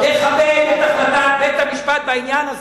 לכבד את החלטת בית-המשפט בעניין הזה.